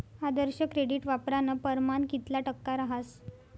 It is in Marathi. आदर्श क्रेडिट वापरानं परमाण कितला टक्का रहास